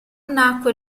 nacque